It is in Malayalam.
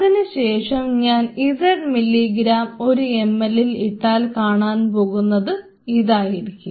അതിനുശേഷം ഞാൻ z മില്ലിഗ്രാം ഒരു ml ൽ ഇട്ടാൽ കാണാൻ പോകുന്നത് ഇതായിരിക്കും